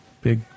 big